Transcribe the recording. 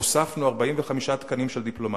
הוספנו 45 תקנים של דיפלומטים,